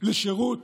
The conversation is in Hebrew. לשירות